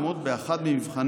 נדחתה בבג"ץ.